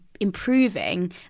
improving